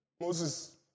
Moses